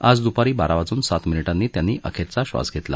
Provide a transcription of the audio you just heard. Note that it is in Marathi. आज दुपारी बारा वाजून सात मिनिटांनी त्यांनी अखेरचा श्वास घेतला